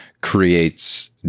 creates